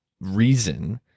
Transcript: reason